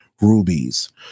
rubies